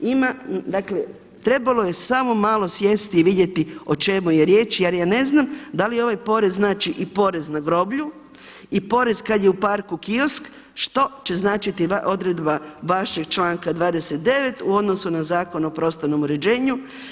Dakle, trebalo je samo malo sjesti i vidjeti o čemu je riječ jer ja ne znam da li ovaj porez znači i porez na groblju i porez kad je u parku kiosk što će značiti odredba vašeg članka 29. u odnosu na Zakon o prostornom uređenju.